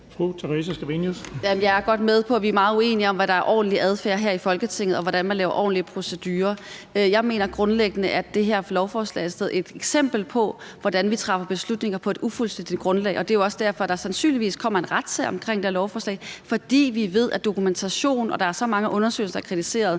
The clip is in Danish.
med på, at vi er meget uenige om, hvad der er ordentlig adfærd her i Folketinget, og hvordan man laver ordentlige procedurer. Jeg mener grundlæggende, at det her lovforslag er et eksempel på, hvordan vi træffer beslutninger på et ufuldstændigt grundlag, og det er jo også derfor, der sandsynligvis kommer en retssag omkring det her lovforslag. Det er, fordi vi ved det med dokumentation, og der er så mange undersøgelser med kritik,